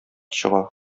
чыга